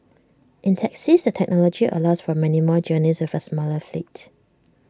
in taxis the technology allows for many more journeys with A smaller fleet